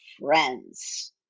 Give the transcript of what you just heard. friends